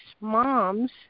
moms